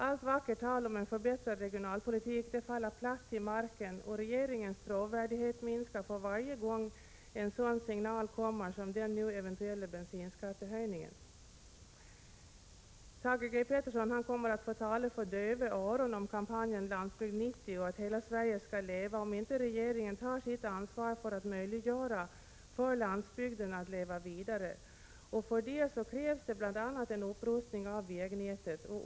Allt vackert tal om en förbättrad regionalpolitik faller platt till marken, och regeringens trovärdighet minskar för varje gång en sådan signal som den nu aktuella bensinskattehöjningen kommer. Thage G Peterson kommer att få tala för döva öron om kampanjen Landsbygd 90 med mottot ”Hela Sverige skall leva!” om inte regeringen tar sitt ansvar för att möjliggöra för landsbygden att leva vidare. För det krävs det bl.a. en upprustning av vägnätet.